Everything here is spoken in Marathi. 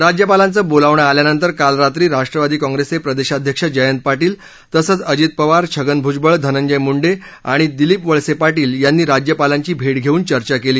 राज्यपालांच बोलावणं आल्यानंतर काल रात्री राष्ट्रवादी काँग्रेसचे प्रदेशाध्यक्ष जयंत पाटील तसंच अजित पवार छगन भुजबळ धनंजय मुंडे आणि दिलीप वळसे पाटील यांनी राज्यपालांची भेट घेऊन चर्चा केली